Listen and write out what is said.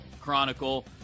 Chronicle